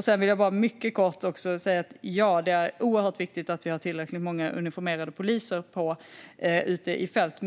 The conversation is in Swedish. Sedan vill jag mycket kort säga att det är oerhört viktigt att det finns tillräckligt många uniformerade poliser ute på fältet.